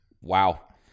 Wow